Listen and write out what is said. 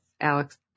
Alex